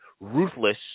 ruthless